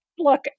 look